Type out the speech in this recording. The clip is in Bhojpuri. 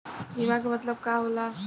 बीमा के मतलब का होला?